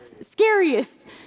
scariest